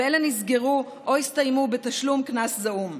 ואלה נסגרו או הסתיימו בתשלום קנס זעום.